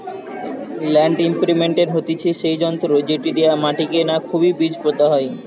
land ইমপ্রিন্টের হতিছে সেই যন্ত্র যেটি দিয়া মাটিকে না খুবই বীজ পোতা হয়